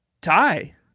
tie